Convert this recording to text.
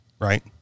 right